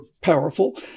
powerful